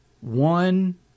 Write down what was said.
one